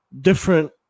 different